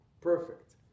Perfect